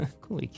cool